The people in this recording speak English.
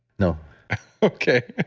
no okay.